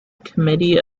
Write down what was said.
committee